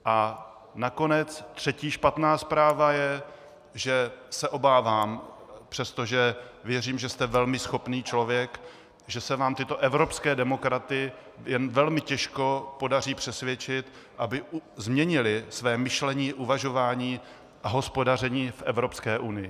A nakonec třetí špatná zpráva je, že se obávám, přestože věřím, že jste velmi schopný člověk, že se vám tyto evropské demokraty jen velmi těžko podaří přesvědčit, aby změnili své myšlení, uvažování a hospodaření v Evropské unii.